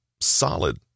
solid